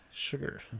Sugar